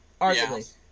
Arguably